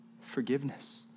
forgiveness